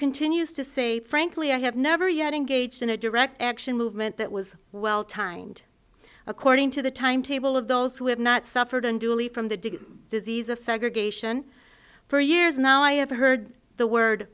continues to say frankly i have never yet engaged in a direct action movement that was well timed according to the timetable of those who have not suffered unduly from the dig disease of segregation for years now i have heard the word